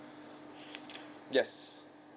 yes